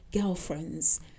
girlfriends